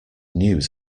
news